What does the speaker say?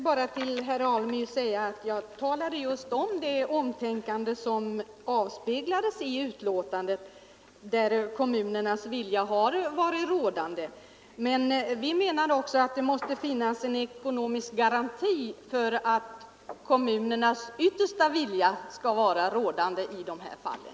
Herr talman! Jag nämnde i mitt första anförande det omtänkande som avspeglas i utskottets betänkande. Av det framgår att kommunernas vilja bör vara avgörande. Men vi menar att det också måste finnas en ekonomisk garanti om kommunernas önskemål i dessa fall skall kunna tillgodoses.